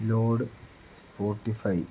load spotify